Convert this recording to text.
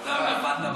נפלת בפח.